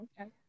Okay